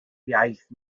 iaith